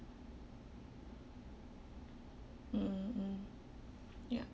mm mm ya